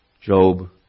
Job